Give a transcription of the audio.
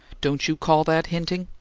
don't you call that hinting?